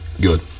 Good